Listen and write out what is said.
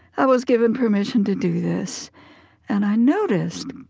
i was given permission to do this and i noticed,